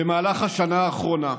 במהלך השנה האחרונה,